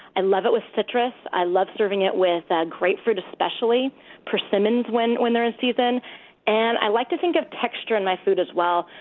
and love it with citrus. i love serving it with ah grapefruit especially, or persimmons when when they're in season and i like to think of texture in my food as well.